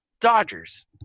Dodgers